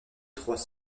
trois